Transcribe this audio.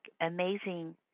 amazing